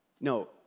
No